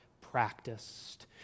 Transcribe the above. practiced